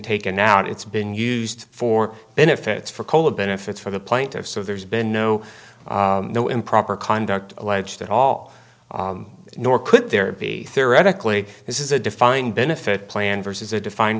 taken out it's been used for benefits for cola benefits for the plaintiffs so there's been no no improper conduct alleged at all nor could there be theoretically this is a defined benefit plan versus a defined